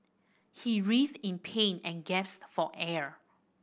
he writhed in pain and gasped for air